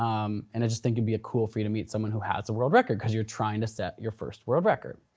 um and i just think it'd and be cool for you to meet someone who has a world record cause you're trying to set your first world record.